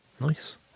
nice